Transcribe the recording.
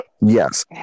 Yes